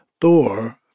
Thor